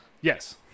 Yes